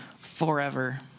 forever